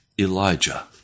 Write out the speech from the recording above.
Elijah